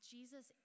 Jesus